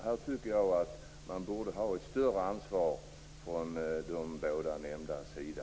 Jag tycker att man borde ha större ansvar från de båda nämndas sida.